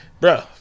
bro